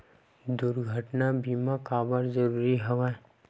दुर्घटना बीमा काबर जरूरी हवय?